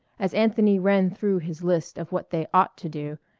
as anthony ran through his list of what they ought to do,